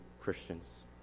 Christians